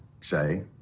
say